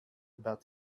about